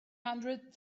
hundred